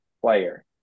player